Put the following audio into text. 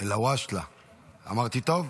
אמרתי טוב?